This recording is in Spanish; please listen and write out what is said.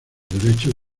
derechos